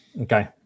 Okay